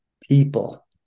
people